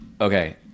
okay